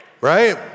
right